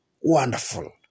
Wonderful